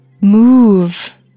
move